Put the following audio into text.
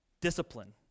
discipline